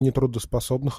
нетрудоспособных